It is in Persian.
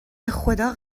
بخدا